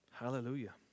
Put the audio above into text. Hallelujah